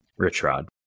Richrod